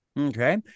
Okay